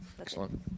Excellent